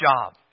job